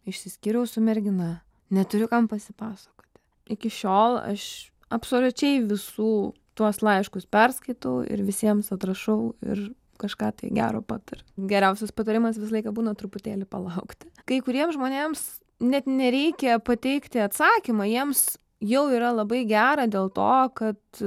išsiskyriau su mergina neturiu kam pasipasakoti iki šiol aš absoliučiai visų tuos laiškus perskaitau ir visiems atrašau ir kažką tai gero pataria geriausias patarimas visą laiką būna truputėlį palaukti kai kuriems žmonėms net nereikia pateikti atsakymą jiems jau yra labai gera dėl to kad